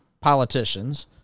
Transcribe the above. politicians